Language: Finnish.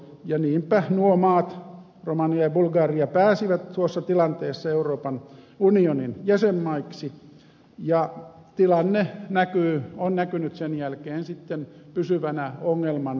niinpä nuo maat romania ja bulgaria pääsivät tuossa tilanteessa euroopan unionin jäsenmaiksi ja tilanne on näkynyt sen jälkeen sitten pysyvänä ongelmana